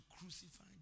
crucify